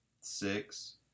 Six